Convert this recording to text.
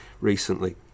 recently